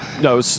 No